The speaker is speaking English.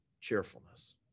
cheerfulness